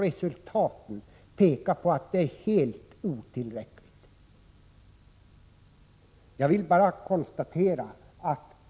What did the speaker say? Resultaten pekar ju på att det som har gjorts är helt otillräckligt.